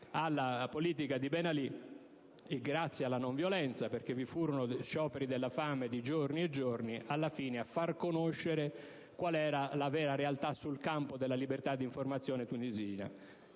alla politica di Ben Ali e grazie anche alla non violenza - vi furono scioperi della fame di giorni e giorni - sono riuscite a far conoscere, alla fine, qual era la vera realtà nel campo della libertà d'informazione tunisina.